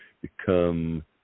become